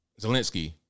Zelensky